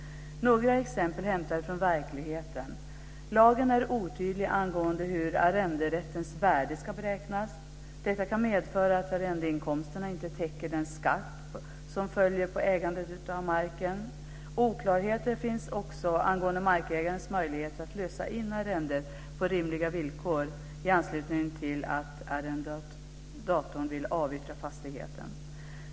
Ett par exempel hämtade från verkligheten: Lagen är otydlig angående hur arrenderättens värde ska beräknas. Detta kan medföra att arrendeinkomsterna inte täcker den skatt som följer på ägandet av marken. Oklarheter finns också angående markägarens möjligheter att lösa in arrendet på rimliga villkor i anslutning till att arrendatorn vill avyttra fastigheten.